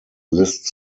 list